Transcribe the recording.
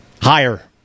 Higher